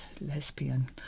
lesbian